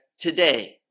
Today